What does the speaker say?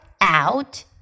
out